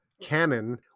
canon